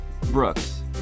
brooks